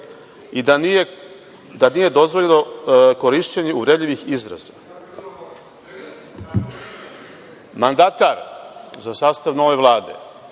i da nije dozvoljeno korišćenje uvredljivih izraza. Mandatar za sastav nove Vlade